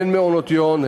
הן מעונות-יום,